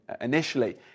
initially